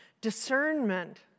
discernment